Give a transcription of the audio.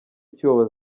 icyuho